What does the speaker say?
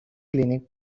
clinic